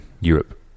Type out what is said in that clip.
Europe